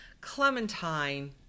Clementine